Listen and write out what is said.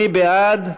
מי בעד?